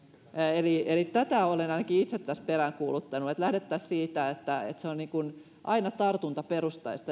eli eli tätä olen ainakin itse tässä peräänkuuluttanut että lähdettäisiin siitä että että se on aina tartuntaperustaista